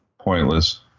Pointless